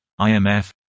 IMF